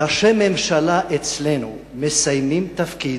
ראשי ממשלה אצלנו מסיימים תפקיד,